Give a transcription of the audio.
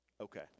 okay